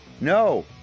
No